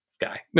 guy